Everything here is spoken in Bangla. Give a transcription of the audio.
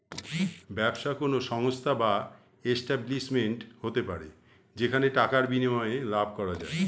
ব্যবসা কোন সংস্থা বা এস্টাব্লিশমেন্ট হতে পারে যেখানে টাকার বিনিময়ে লাভ করা যায়